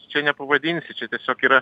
čia nepavadinsi tiesiog yra